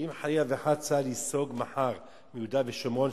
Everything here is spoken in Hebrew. שאם חלילה וחס צה"ל ייסוג מחר מיהודה ושומרון,